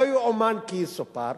לא יאומן כי יסופר,